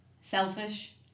selfish